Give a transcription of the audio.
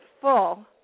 full